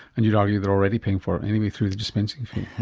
and you'd argue they are already paying for it anyway through the dispensing fee.